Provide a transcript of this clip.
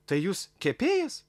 tai jūs kepėjas